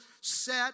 set